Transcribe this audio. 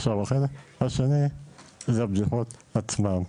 החלק השני זה הבדיקות עצמן.